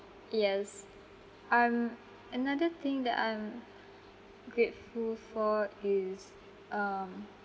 yes um another thing that I'm grateful for is um